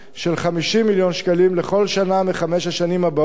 של 50 מיליון שקלים לכל שנה מחמש השנים הבאות,